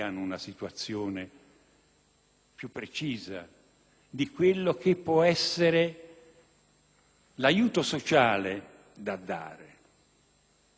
aiuto sociale. Allo stesso modo, per la sicurezza, sarebbe stato molto meglio togliere alla Polizia